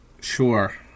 Sure